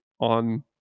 on